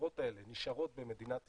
מהמכירות האלה נשארים במדינת ישראל.